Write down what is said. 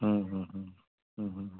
हूं हूं हूं हूं हूं